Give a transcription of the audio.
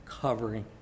covering